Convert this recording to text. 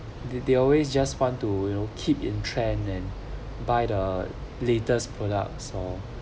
they they always just want to you know keep in trend then buy the latest products or